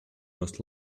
must